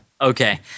Okay